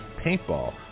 paintball